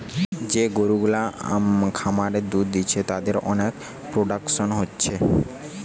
যে গরু গুলা খামারে দুধ দিচ্ছে তাদের অনেক প্রোডাকশন হচ্ছে